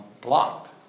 blocked